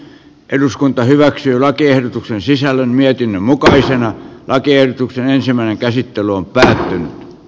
eduskunta hyväksyi lakiehdotuksen sisällön mietinnön mukaisena lakiehdotuksen ensimmäinen käsittely on p k